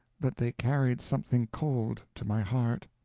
but they carried something cold to my heart.